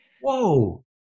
whoa